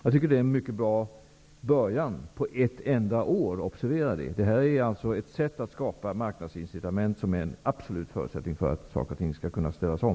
Jag tycker att det är en mycket bra början. Observera att detta har gjorts på ett enda år. Det här är ett sätt att skapa marknadsincitament som är en absolut förutsättning för att saker och ting skall kunna ställas om.